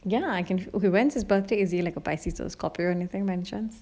ya lah okay when is his birthday is he like a pisces or a scorpio anything mentions